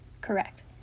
Correct